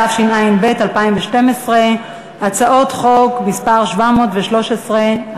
התשע"ב 2012, הצעת חוק מס' מ/713.